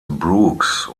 brooks